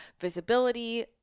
visibility